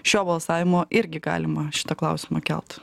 šio balsavimo irgi galima šitą klausimą kelt